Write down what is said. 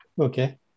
Okay